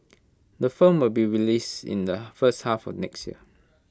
the film will be released in the first half of next year